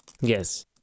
Yes